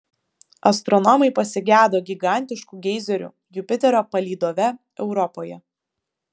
astronomai pasigedo gigantiškų geizerių jupiterio palydove europoje